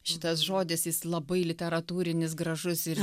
šitas žodis jis labai literatūrinis gražus ir